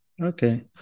Okay